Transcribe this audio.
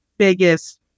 Biggest